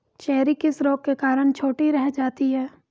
Cherry किस रोग के कारण छोटी रह जाती है?